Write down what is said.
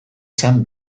zen